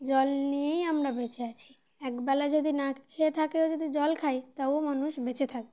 জল নিয়েই আমরা বেঁচে আছি একবেলা যদি না খেয়ে থাকেও যদি জল খাই তাও মানুষ বেঁচে থাকবে